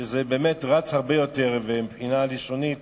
שזה באמת רץ יותר ומבחינה לשונית